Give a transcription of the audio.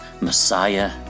Messiah